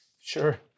Sure